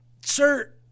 sir